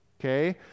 okay